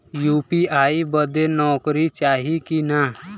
UPI बदे नौकरी चाही की ना?